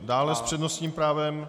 Dále s přednostním právem....